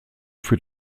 für